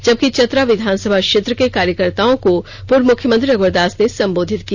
जबकि चतरा विधानसभा क्षेत्र के कार्यकर्त्ताओं को पूर्व मुख्यमंत्री रघुवर दास ने संबोधित किया